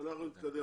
אמור להגיע